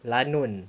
lanun